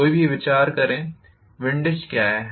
कोई भी विचार विंडेज क्या है